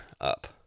up